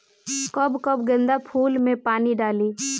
कब कब गेंदा फुल में पानी डाली?